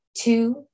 Two